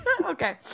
Okay